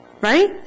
Right